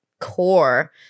core